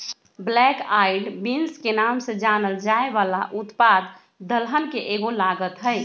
black eyed beans के नाम से जानल जाये वाला उत्पाद दलहन के एगो लागत हई